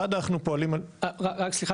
רק סליחה,